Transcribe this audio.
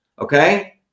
Okay